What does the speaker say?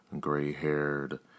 gray-haired